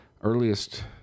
earliest